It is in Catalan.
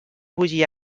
bullir